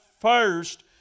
first